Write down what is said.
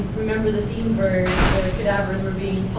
remember the scene where cadavers are being